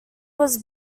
was